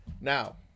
now